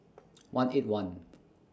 one eight one